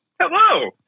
Hello